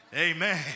Amen